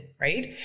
right